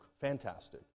Fantastic